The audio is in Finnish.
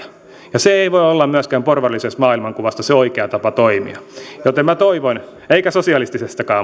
ja se ei voi olla myöskään porvarillisesta maailmankuvasta se oikea tapa toimia eikä sosialistisestakaan